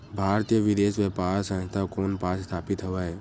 भारतीय विदेश व्यापार संस्था कोन पास स्थापित हवएं?